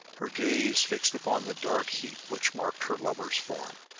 her gaze fixed upon the dark heap which marked her lover's form.